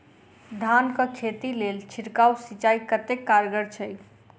धान कऽ खेती लेल छिड़काव सिंचाई कतेक कारगर छै?